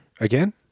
again